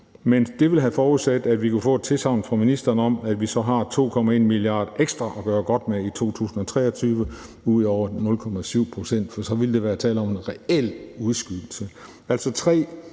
men det ville have forudsat, at vi kunne få et tilsagn fra ministeren om, at vi så har 2,1 mia. kr. ekstra at gøre godt med i 2023 ud over 0,7 pct., for så ville der være tale om en reel udskydelse. Det er